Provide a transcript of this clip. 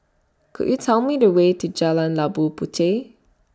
Could YOU Tell Me The Way to Jalan Labu Puteh